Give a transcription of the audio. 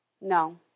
No